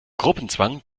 gruppenzwang